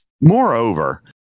moreover